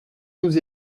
nous